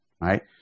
right